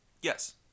yes